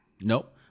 Nope